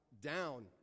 down